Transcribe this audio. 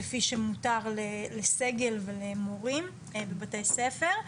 כפי שמותר לסגל ולמורים בבתי ספר,